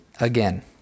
again